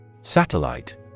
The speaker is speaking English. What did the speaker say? Satellite